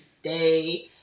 stay